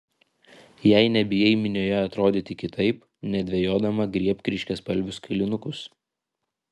jei nebijai minioje atrodyti kitaip nedvejodama griebk ryškiaspalvius kailinukus